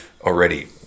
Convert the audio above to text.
already